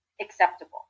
acceptable